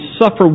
suffer